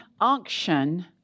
unction